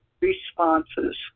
responses